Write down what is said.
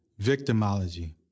victimology